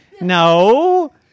No